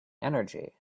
energy